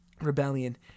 Rebellion